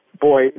boy